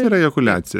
tai yra ejakuliacija